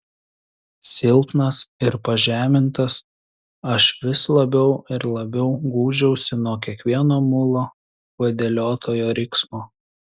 silpnas ir pažemintas aš vis labiau ir labiau gūžiausi nuo kiekvieno mulo vadeliotojo riksmo